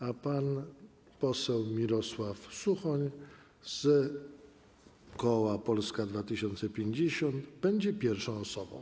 A pan poseł Mirosław Suchoń z Koła Polska 2050 będzie pierwszą osobą.